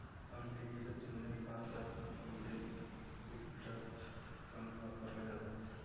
अमेरिकेच्या तुलनेत भारतात बेल लिफ्टर्स कमी वापरले जातात